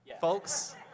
folks